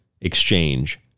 exchange